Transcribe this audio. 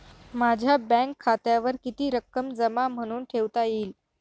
माझ्या बँक खात्यावर किती रक्कम जमा म्हणून ठेवता येईल?